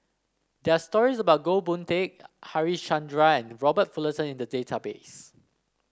there're stories about Goh Boon Teck Harichandra and Robert Fullerton in the database